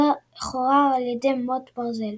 חורר על ידי מוט ברזל.